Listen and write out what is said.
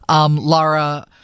Laura